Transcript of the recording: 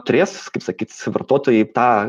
turės kaip sakyt vartotojai tą